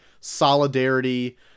solidarity